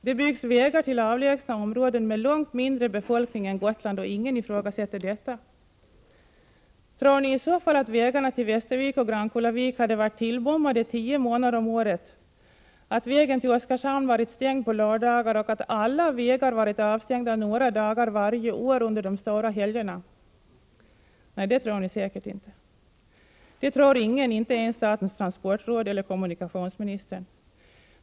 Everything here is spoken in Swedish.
Det byggs vägar till avlägsna områden med långt mindre befolkning än Gotland och ingen ifrågasätter detta. Tror ni i så fall, att vägarna till Västervik och Grankullavik varit tillbommade tio månader om året, att vägen till Oskarshamn varit stängd på lördagar och att alla vägar varit avstängda några dagar varje år under de stora helgerna? Nej, det tror ni säkert inte. Det tror ingen, inte ens statens transportråd eller kommunikationsministern.